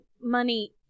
money